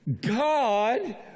God